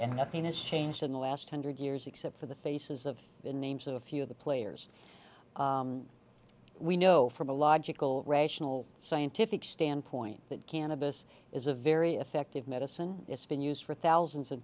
and nothing has changed in the last hundred years except for the faces of the names of a few of the players we know from a logical rational scientific standpoint that cannabis is a very effective medicine it's been used for thousands and